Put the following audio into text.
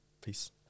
Peace